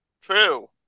True